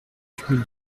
cumul